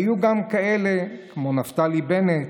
והיו גם כאלה, כמו נפתלי בנט,